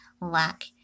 lack